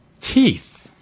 teeth